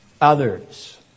Others